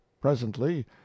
presently